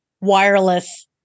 wireless